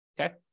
okay